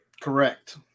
Correct